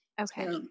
Okay